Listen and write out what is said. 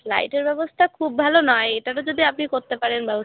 লাইটের ব্যবস্তা খুব ভালো নয় এটারও যদি আপনি করতে পারেন ব্যবস্থা